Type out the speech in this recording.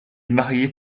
marié